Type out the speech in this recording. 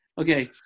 Okay